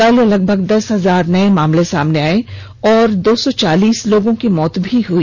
कल लगभग दस हजार नए मामले सामने आए और दो सौ चालीस लोगों की मौत भी हो गई